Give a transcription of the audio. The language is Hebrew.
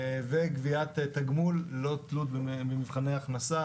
וקביעת תגמול ללא תלות במבחני הכנסה.